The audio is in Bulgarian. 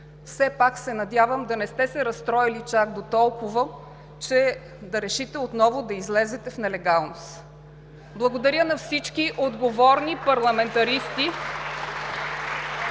Все пак се надявам да не сте се разстроили чак дотолкова, че да решите отново да излезете в нелегалност. (Ръкопляскания от ГЕРБ.) Благодаря на всички отговорни парламентаристи,